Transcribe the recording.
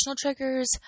triggers